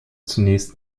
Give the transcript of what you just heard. zunächst